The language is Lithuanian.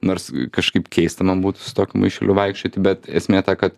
nors kažkaip keista man būtų su tokiu maišeliu vaikščioti bet esmė ta kad